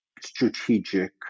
strategic